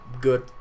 good